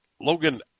Logan